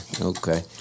okay